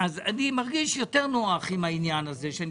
אני מרגיש יותר נוח עם העניין הזה ואני